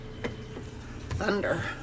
Thunder